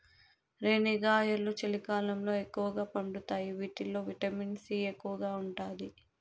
రేణిగాయాలు చలికాలంలో ఎక్కువగా పండుతాయి వీటిల్లో విటమిన్ సి ఎక్కువగా ఉంటాది